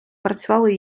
працювали